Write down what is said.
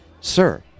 Sir